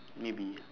maybe